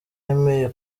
yemeye